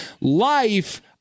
life